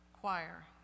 Choir